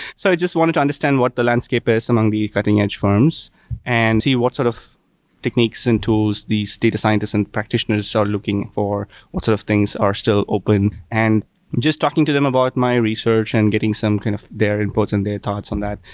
so i just wanted to understand what the landscape is among the cutting edge firms and see what sort of techniques and tools these data scientists and practitioners are looking for. what sort of things are still open, and just talking to them about my research and getting some kind of their and their thoughts on that.